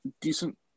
decent